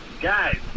guys